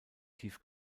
tief